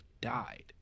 died